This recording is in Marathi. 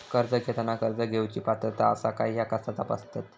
कर्ज घेताना कर्ज घेवची पात्रता आसा काय ह्या कसा तपासतात?